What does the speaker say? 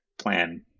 plan